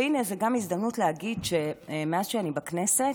והינה, זו גם הזדמנות להגיד שמאז שאני בכנסת,